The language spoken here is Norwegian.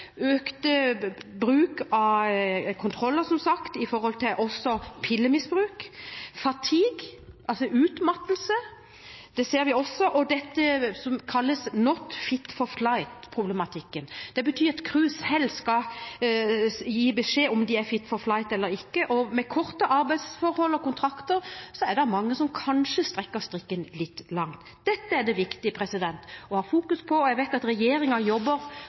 bruk av kontroller, som sagt, også opp mot pillemisbruk. «Fatigue» – altså utmattelse – ser vi også, og dette som kalles «not fit for flight»-problematikken. Det betyr at crewet selv skal gi beskjed om det er «fit for flight» eller ikke, og med korte arbeidsforhold og kontrakter er det mange som kanskje strekker strikken litt langt. Dette er det viktig å ha fokus på. Jeg vet at regjeringen jobber